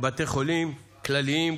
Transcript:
בבתי חולים כלליים,